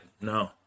No